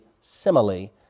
simile